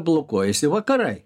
blokuojasi vakarai